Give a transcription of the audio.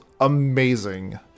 amazing